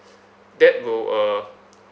that will uh